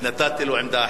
את רוצה לדבר?